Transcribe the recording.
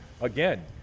again